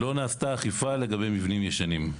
לא נעשתה אכיפה לגבי מבנים ישנים.